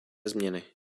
změny